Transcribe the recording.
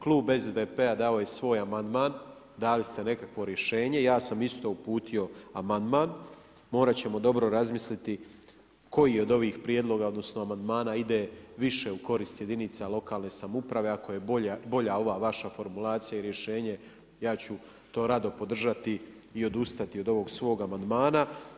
Klub SDP-a dao je svoj amandman, dali ste nekakvo rješenje, ja sam isto uputio amandman, morat ćemo dobro razmisliti koji od ovih prijedloga, odnosno amandmana ide više u korist jedinica lokalne samouprave ako je bolja ova vaša formulacija i rješenje, ja ću to rado podržati, i odustati od ovog svog amandmana.